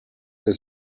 del